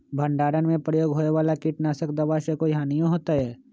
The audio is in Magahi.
भंडारण में प्रयोग होए वाला किट नाशक दवा से कोई हानियों होतै?